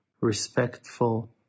respectful